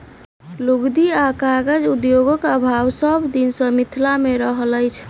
लुगदी आ कागज उद्योगक अभाव सभ दिन सॅ मिथिला मे रहल अछि